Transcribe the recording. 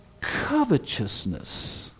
covetousness